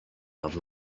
have